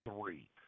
three